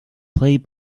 play